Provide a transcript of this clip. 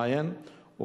לשנת הלימודים תש"ע,